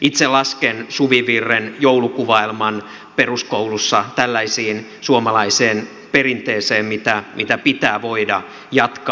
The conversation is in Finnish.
itse lasken suvivirren ja joulukuvaelman peruskoulussa tällaiseen suomalaiseen perinteeseen mitä pitää voida jatkaa